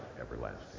everlasting